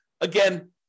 Again